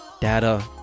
data